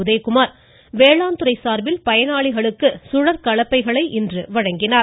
உதயகுமார் வேளாண்மை துறை துறை சார்பில் பயனாளிகளுக்கு சுழற் கலப்பைகளை இன்று வழங்கினார்